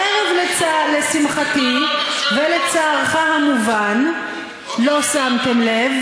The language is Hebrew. הערב, לשמחתי, ולצערך המובן, לא שמתם לב.